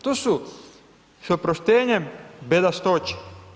To su s oproštenjem bedastoće.